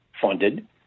funded